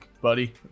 buddy